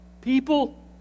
people